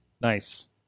Nice